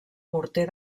morter